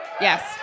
Yes